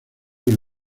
del